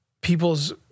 people's